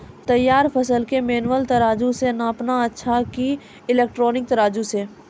तैयार फसल के मेनुअल तराजु से नापना अच्छा कि इलेक्ट्रॉनिक तराजु से?